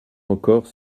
encore